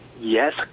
Yes